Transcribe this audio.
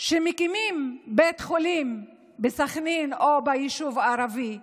שמקימים בית חולים בסח'נין או ביישוב ערבי,